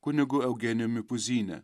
kunigu eugenijumi puzyne